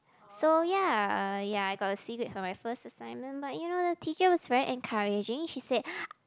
so ya ya I got C grade for my first assignment but you now the teacher was very encouraging she said